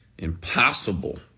impossible